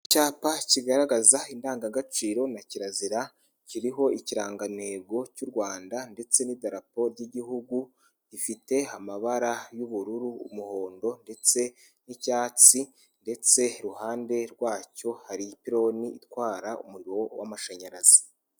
Icyapa kigaragaza indangagaciro na kirazira, kiriho ikirangantego cy'u Rwanda ndetse n'idarapo ry'igihugu, gifite amabara y'ubururu, umuhondo ndetse n'icyatsi ndetse iruhande rwacyo hari ipironi itwara umuriro w'amashanyarazi.